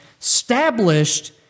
established